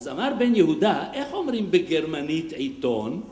זמר בן יהודה, איך אומרים בגרמנית עיתון?